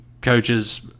coaches